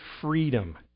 freedom